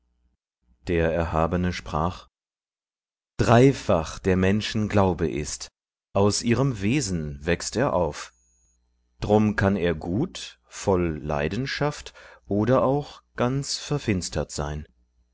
der erhabene sprach dreifach der menschen glaube ist aus ihrem wesen wächst er auf drum kann er gut voll leidenschaft oder auch ganz verfinstert sein